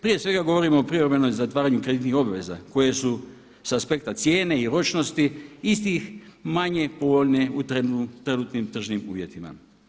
Prije svega govorimo o privremenoj zatvaranju kreditnih obveza koje su sa aspekta cijene i ročnosti istih manje povoljne u trenutnim tržnim uvjetima.